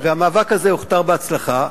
והמאבק הזה הוכתר בהצלחה.